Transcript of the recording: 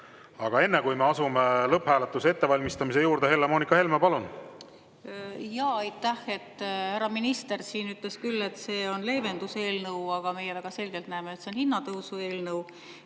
Aga enne, kui me asume lõpphääletuse ettevalmistamise juurde, Helle-Moonika Helme, palun! Aitäh! Härra minister siin küll ütles, et see on leevenduseelnõu, aga meie väga selgelt näeme, et see on hinnatõusueelnõu.